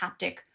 haptic